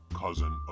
cousin